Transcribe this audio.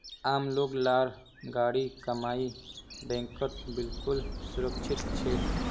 आम लोग लार गाढ़ी कमाई बैंकत बिल्कुल सुरक्षित छेक